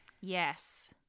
Yes